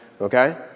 Okay